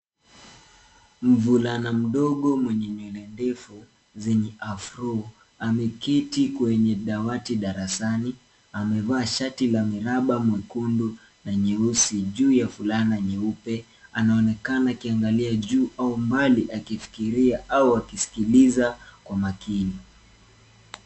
Mvulana mdogo mwenye nywele ndefu zenye afro ameketi kwenye dawati darasani, amevaa shati la miraba mwekundu na nyeusi juu ya fulana nyeupe. Anaonekana akiangalia juu au mbali akifikiria au akisikiliza kwa makini.